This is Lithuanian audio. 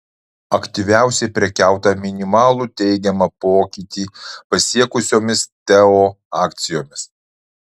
aktyviausiai prekiauta minimalų teigiamą pokytį pasiekusiomis teo akcijomis